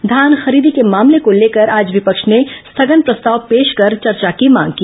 धान खरीदी के मामले को लेकर आज विपक्ष ने स्थगन प्रस्ताव पेश कर चर्चा की मांग की